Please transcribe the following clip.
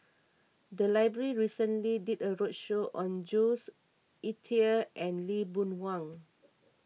the library recently did a roadshow on Jules Itier and Lee Boon Wang